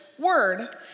word